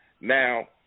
Now